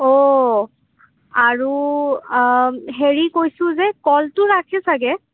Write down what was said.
অঁ আৰু হেৰি কৈছোঁ যে কলটো ৰাখে চাগে